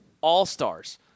all-stars